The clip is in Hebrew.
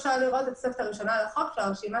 אפשר לראות בתוספת הראשונה לחוק שהרשימה